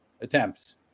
attempts